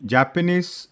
Japanese